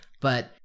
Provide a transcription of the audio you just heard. but-